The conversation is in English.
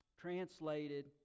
translated